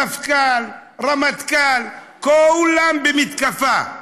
מפכ"ל, רמטכ"ל, כולם במתקפה.